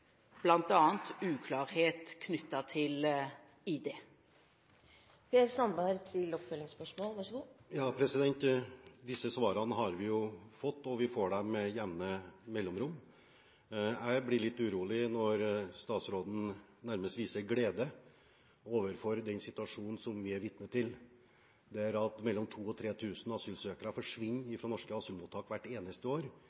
uklarhet knyttet til ID. Disse svarene har vi jo fått og får med jevne mellomrom. Jeg blir litt urolig når statsråden nærmest viser glede over den situasjonen som vi er vitne til, der mellom 2 000 og 3 000 asylsøkere forsvinner fra norske asylmottak hvert eneste år.